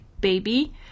baby